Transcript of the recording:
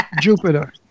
Jupiter